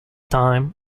time